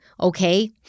Okay